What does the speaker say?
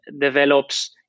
develops